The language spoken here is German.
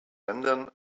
ländern